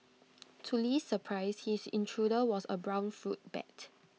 to Li's surprise his intruder was A brown fruit bat